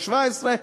או 17,